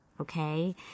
okay